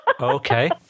Okay